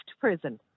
prison